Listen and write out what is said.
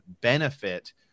benefit